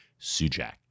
Sujak